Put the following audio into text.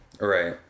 Right